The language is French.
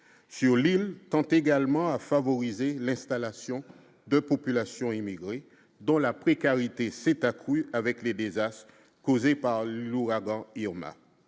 sur l'île, tente également à favoriser l'installation de populations immigrée dont la précarité c'est coup avec les désastres causés par l'ouragan Irma,